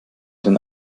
den